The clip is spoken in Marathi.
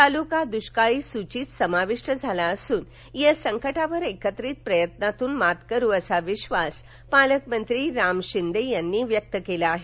तालुका दुष्काळी सूचित समाविष्ट झाला असून या संकटावर एकत्रित प्रयत्नातून मात करू असा विश्वास पालकमंत्री राम शिंदे यांनी दिले केला आहे